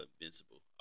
invincible